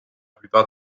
plupart